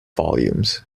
volumes